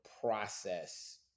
process